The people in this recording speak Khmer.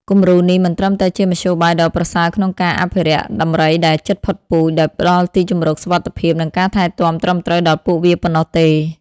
គំរូនេះមិនត្រឹមតែជាមធ្យោបាយដ៏ប្រសើរក្នុងការ អភិរក្សដំរីដែលជិតផុតពូជ ដោយផ្តល់ទីជម្រកសុវត្ថិភាព និងការថែទាំត្រឹមត្រូវដល់ពួកវាប៉ុណ្ណោះទេ។